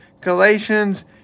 Galatians